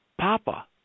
Papa